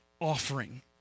offering